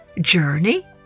Journey